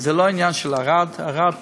זה לא עניין של ערד, את ערד תעזבו,